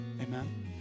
Amen